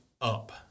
up